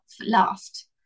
last